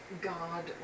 god